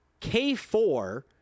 K4